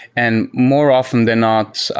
and more often than not,